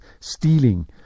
stealing